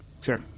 Sure